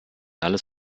alles